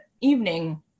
evening